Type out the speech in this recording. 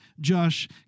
Josh